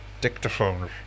dictaphone